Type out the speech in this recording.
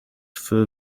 fur